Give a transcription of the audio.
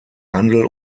handel